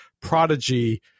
Prodigy